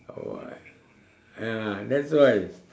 oh what ya that's why